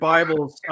Bibles